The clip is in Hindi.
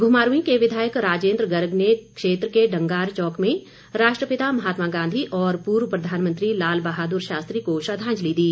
घुमारवीं के विधायक राजेन्द्र गर्ग ने क्षेत्र के डंगार चौक में राष्ट्रपिता महात्मा गांधी और पूर्व प्रधानमंत्री लाल बहादुर शास्त्री को श्रद्वांजलि दी